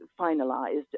finalized